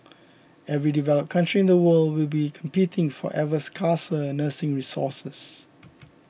every developed country in the world will be competing for ever scarcer nursing resources